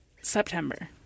September